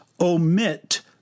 omit